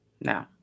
No